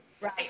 right